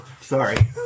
Sorry